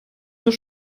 zur